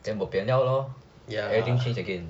then bo pian liao lor everything change again